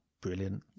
brilliant